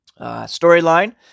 storyline